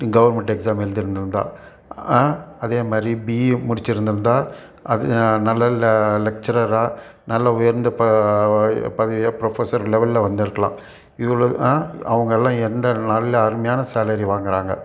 government exam எழுதியிருந்துருந்தா அதேமாதிரி BA முடிச்சிருந்துருந்தால் அது நல்ல லக்ச்சுரராக நல்ல உயர்ந்த ப பதவியாக ப்ரொஃபசர் லெவல்ல வந்திருக்கலாம் இவ்வளோ அவங்கள்லாம் எந்த நல்ல அருமையான சேலரி வாங்குறாங்க